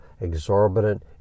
exorbitant